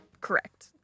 Correct